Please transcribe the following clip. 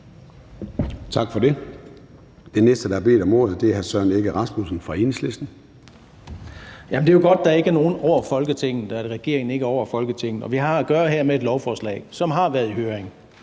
Tak for det. Den næste, der har bedt om ordet, er hr. Søren Egge Rasmussen fra Enhedslisten. Kl. 13:30 Søren Egge Rasmussen (EL): Det er jo godt, at der ikke er nogen over Folketinget – at regeringen ikke er over Folketinget. Og vi har her at gøre med et lovforslag, som har været i høring;